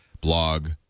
blog